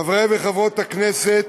חברי וחברות הכנסת,